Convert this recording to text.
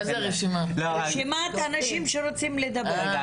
רשימת אנשים שרוצים לדבר.